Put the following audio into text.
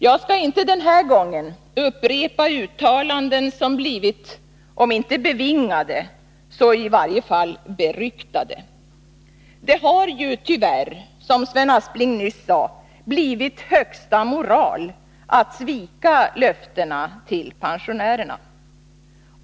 Jag skall inte den här gången upprepa uttalanden som blivit om inte bevingade så i varje fall beryktade. Det har ju tyvärr, som Sven Aspling nyss sade, blivit högsta moral att svika löftena till pensionärerna.